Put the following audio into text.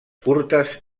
curtes